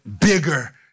bigger